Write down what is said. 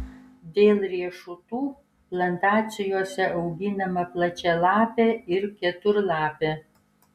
dėl riešutų plantacijose auginama plačialapė ir keturlapė